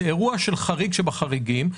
זה אירוע חריג שבחריגים.